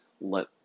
let